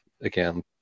again